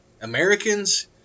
Americans